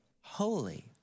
holy